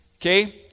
Okay